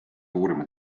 uurima